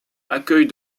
accueille